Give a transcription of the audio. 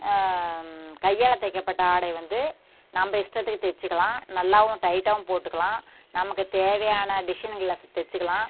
கையால் தைக்கப்பட்ட ஆடை வந்து நம்ம இஷ்டத்துக்கு தைச்சுக்கலாம் நல்லாவும் டைட்டாகவும் போட்டுக்கலாம் நமக்குத் தேவையான டிசைனுங்கள்ல தைச்சுக்கலாம்